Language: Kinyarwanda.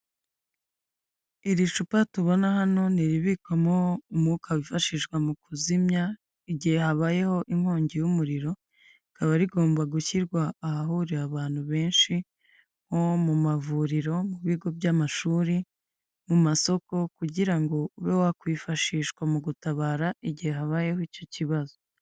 Iri cupa tubona hano ni iribikwamo umwuka wifashishwa mu kuzimya igihe habayeho inkongi y'umuriro, rikaba rigomba gushyirwa ahahurira abantu benshi nko mu mavuriro, mu bigo by'amashuri, mu masoko, kugira ngo ube wakwifashishwa mu gutabara igihe habayeho icyo kibazo.